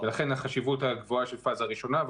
ולכן החשיבות הגבוהה של הפאזה הראשונה,